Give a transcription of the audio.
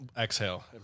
Exhale